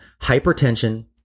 hypertension